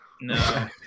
No